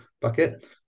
bucket